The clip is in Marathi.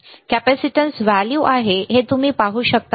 कॅपेसिटन्स व्हॅल्यू आहे हे तुम्ही पाहू शकता का